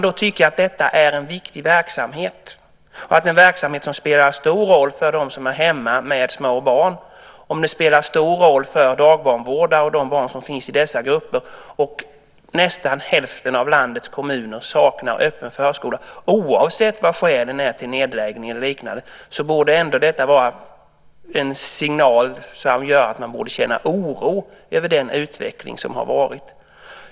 Det här är en viktig verksamhet och en verksamhet som spelar stor roll för dem som är hemma med små barn, för dagbarnvårdare och de barn som finns i dessa grupper. Oavsett vilka skälen är till nedläggning så borde det vara en signal som gör att man känner oro över den utveckling som har varit.